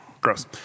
Gross